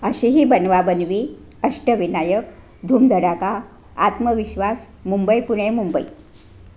अशी ही बनवा बनवी अष्टविनायक धूमधडाका आत्मविश्वास मुंबई पुणे मुंबई